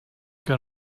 que